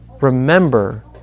Remember